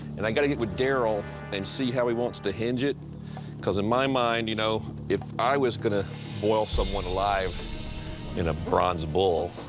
and i got to get with daryl and see how he wants to hinge it cause in my mind, you know, if i was gonna boil someone alive in a bronze bull,